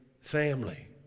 family